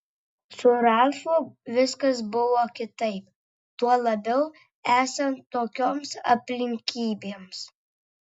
su ralfu viskas buvo kitaip tuo labiau esant tokioms aplinkybėms